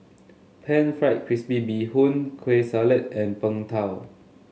pan fried crispy Bee Hoon Kueh Salat and Png Tao